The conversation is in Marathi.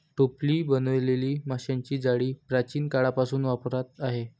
टोपली बनवलेली माशांची जाळी प्राचीन काळापासून वापरात आहे